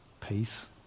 peace